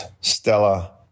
Stella